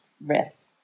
risks